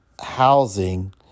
housing